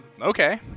okay